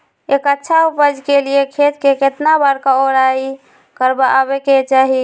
एक अच्छा उपज के लिए खेत के केतना बार कओराई करबआबे के चाहि?